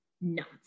nuts